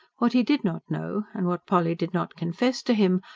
what he did not know, and what polly did not confess to him,